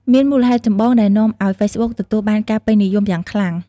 មានមូលហេតុចម្បងដែលនាំឱ្យហ្វេសប៊ុកទទួលបានការពេញនិយមយ៉ាងខ្លាំង។